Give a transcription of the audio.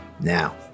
Now